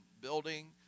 building